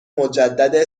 مجدد